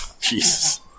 Jesus